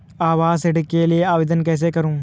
आवास ऋण के लिए आवेदन कैसे करुँ?